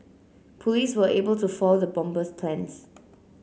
police were able to foil the bomber's plans